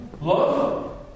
love